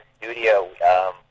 studio